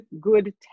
good